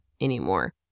anymore